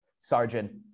Sergeant